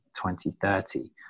2030